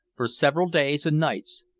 for several days and nights,